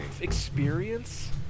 experience